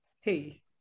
Hey